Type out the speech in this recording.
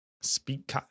speak